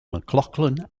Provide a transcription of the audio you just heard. mclaughlin